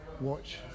watch